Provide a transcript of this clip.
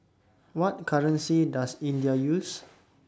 What currency Does India use